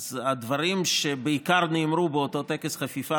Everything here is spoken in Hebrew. אז הדברים שבעיקר נאמרו באותו טקס חפיפה,